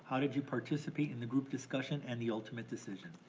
how did you participate in the group's discussion and the ultimate decision?